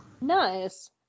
Nice